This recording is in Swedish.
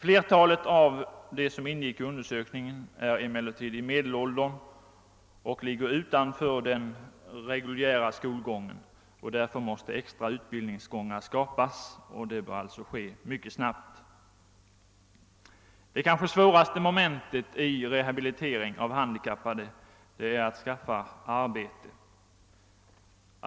Flertalet av dem som ingick i undersökningen är emellertid i medelåldern och ligger utanför den reguljära skolgången. Därför måste extra utbildningsgångar skapas, och det bör ske mycket snabbt. Det kanske svåraste momentet vid rehabilitering av handikappade är att skaffa arbete.